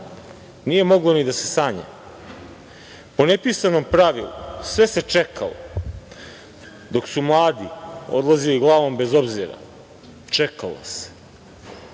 nije moglo ni da se sanja. Po nepisanom pravilu, sve se čekalo dok su mladi odlazili glavom bez obzira. Čekalo se.